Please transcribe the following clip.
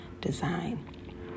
design